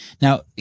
Now –